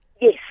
Yes